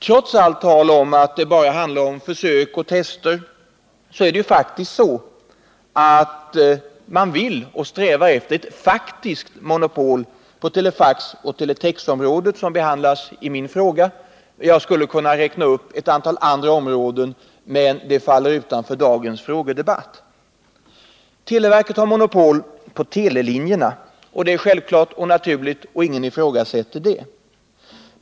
Trots allt tal om att det bara rör sig om försök och tester handlar det om att försöka få faktiskt monopol på telefaxoch teletexområdet, som behandlas i min fråga. Jag skulle också kunna räkna upp en rad andra områden. Televerket har monopol på telelinjerna. Det är självklart och naturligt, och ingen ifrågasätter detta.